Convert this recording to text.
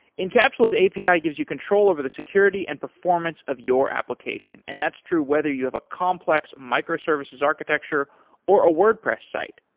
incapsula's api gives you control over the security and performance of your application and that's true whether you have a complex micro services architecture or a wordpress site,